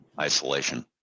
isolation